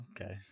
okay